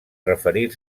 referir